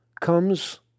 comes